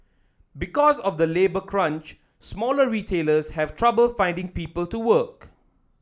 because of the labour crunch smaller retailers have trouble finding people to work